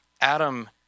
Adam